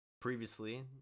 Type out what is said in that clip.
Previously